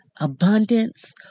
abundance